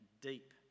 deep